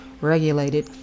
regulated